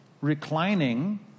reclining